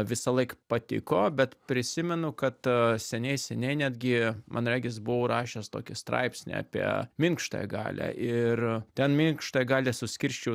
visąlaik patiko bet prisimenu kad seniai seniai netgi man regis buvau rašęs tokį straipsnį apie minkštąją galią ir tą minkštąją galią suskirsčiau